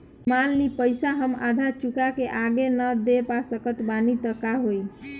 मान ली पईसा हम आधा चुका के आगे न दे पा सकत बानी त का होई?